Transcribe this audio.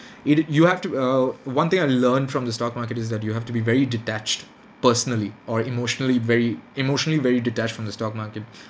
you n~ you have to err one thing I learned from the stock market is that you have to be very detached personally or emotionally very emotionally very detached from the stock market